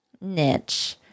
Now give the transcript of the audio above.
niche